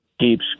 keeps